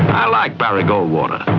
i like barry goldwater,